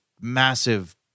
massive